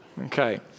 Okay